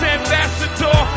ambassador